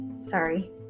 Sorry